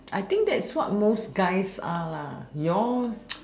I think that's what most guys are lah you all